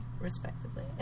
respectively